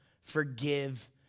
forgive